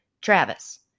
Travis